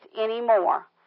anymore